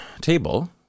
table